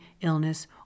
illness